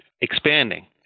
expanding